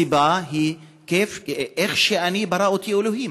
הסיבה היא איך ברא אותי אלוהים,